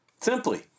Simply